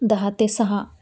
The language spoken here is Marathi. दहा ते सहा